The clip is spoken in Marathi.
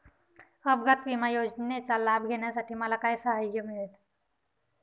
अपघात विमा योजनेचा लाभ घेण्यासाठी मला काय सहाय्य मिळेल?